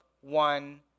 one